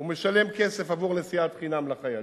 הוא משלם כסף עבור נסיעת חינם לחיילים.